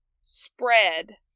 spread